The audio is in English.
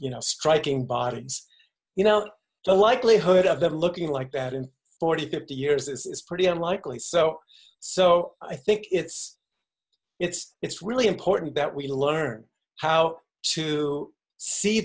you know striking baden's you know the likelihood of them looking like that in forty fifty years it's pretty unlikely so so i think it's it's it's really important that we learn how to see